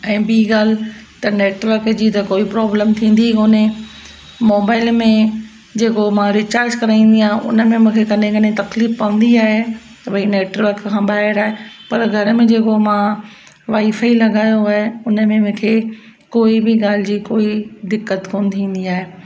ऐं ॿी ॻाल्हि त नेटवर्क जी त कोई प्रोबलम थींदी कोन्हे मोबाइल में जेको मां रिचार्ज कराईंदी आहियां उन में मूंखे कॾहिं कॾहिं तकलीफ़ पवंदी आहे त भई नेटवर्क खां ॿाहिरि आहे पर घर में जेको मां वाईफाई लॻायो आहे उन में मूंखे कोई ॿी ॻाल्हि जी कोई दिक़त कोन थींदी आहे